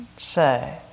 say